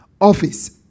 office